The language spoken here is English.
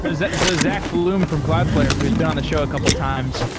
but zach so zach bloom from cloudflare, who's been on the show a couple of times,